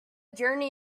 journey